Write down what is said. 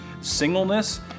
singleness